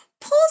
Pulls